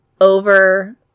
over